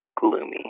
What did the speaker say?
gloomy